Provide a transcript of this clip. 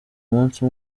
umunsi